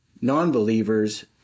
non-believers